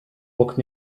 woke